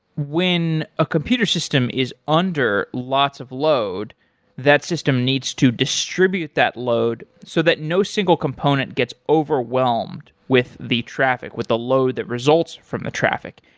when a computer system is under lots of load that system needs to distribute that load so that no single component gets overwhelmed with the traffic, with the load that results from a traffic,